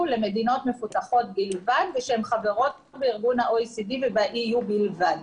למדינות מפותחות בלבד ושהן חברות בארגון ה-OECD וב-EU בלבד.